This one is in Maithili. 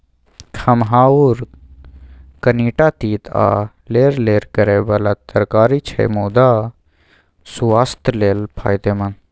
खमहाउर कनीटा तीत आ लेरलेर करय बला तरकारी छै मुदा सुआस्थ लेल फायदेमंद